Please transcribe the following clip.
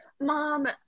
mom